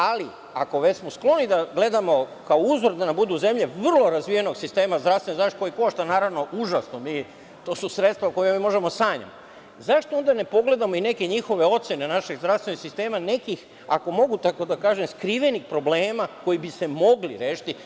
Ali, ako smo već skloni da gledamo kao uzor da nam budu zemlje vrlo razvijenog sistema zdravstvene zaštite koji košta naravno užasno, to su sredstva o kojima mi samo možemo da sanjamo, zašto onda ne pogledamo i neke njihove ocene našeg zdravstvenog sistema nekih ako mogu da kažem, skrivenih problema koji bi se mogli rešiti.